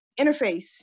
interface